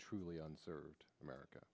truly unserved america